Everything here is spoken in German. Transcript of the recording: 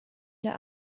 der